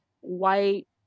white